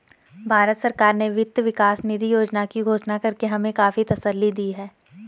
भारत सरकार ने वित्त विकास निधि योजना की घोषणा करके हमें काफी तसल्ली दी है